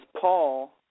Paul